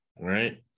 right